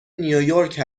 نیویورک